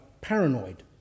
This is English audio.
paranoid